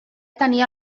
tenia